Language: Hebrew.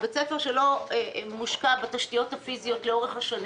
תדמור הוא המוסד הקולינרי המפואר ביותר שהיה במדינת ישראל לאורך השנים.